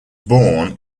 born